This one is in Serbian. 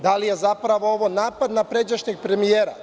Da li je ovo zapravo napad na pređašnjeg premijera?